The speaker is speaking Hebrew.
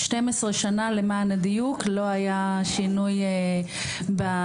12 שנה, למען הדיוק, לא היה שינוי בתשלומים.